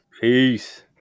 Peace